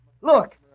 Look